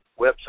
website